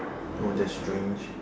oh that's strange